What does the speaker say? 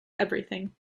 everything